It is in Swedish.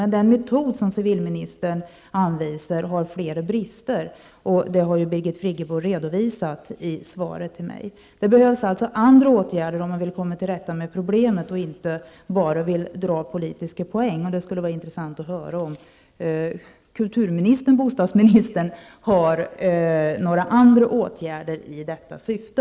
Men den metod som civilministern anvisar har flera brister. Det har Birgit Friggebo redovisat i svaret till mig. Det behövs andra åtgärder om man vill komma till rätta med problemet och inte bara vill vinna politiska poäng. Det skulle vara intressant att höra om kulturministern/bostadsministern har några andra åtgärder att föreslå i detta syfte.